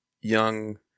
young